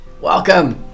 Welcome